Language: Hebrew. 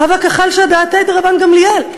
הווה קא חלשא דעתיה דרבן גמליאל,